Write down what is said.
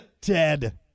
Dead